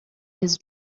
his